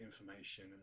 information